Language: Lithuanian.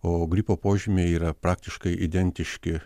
o gripo požymiai yra praktiškai identiški